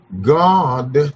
God